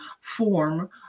form